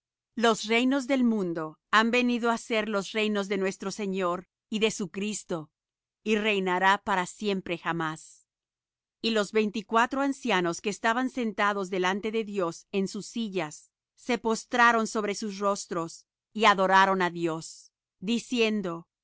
los reinos del mundo han venido á ser los reinos de nuestro señor y de su cristo y reinará para siempre jamás y los veinticuatro ancianos que estaban sentados delante de dios en sus sillas se postraron sobre sus rostros y adoraron á dios diciendo